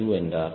2 என்றார்